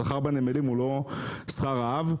השכר בנמלים הוא לא שכר רעב,